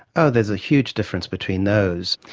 ah there's a huge difference between those.